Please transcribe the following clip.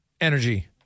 energy